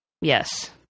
Yes